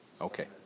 Okay